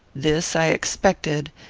this i expected,